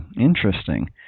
interesting